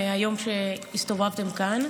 מהיום שהסתובבתם כאן.